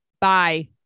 Bye